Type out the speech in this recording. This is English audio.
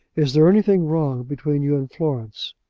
is there anything wrong between you and florence?